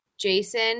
Jason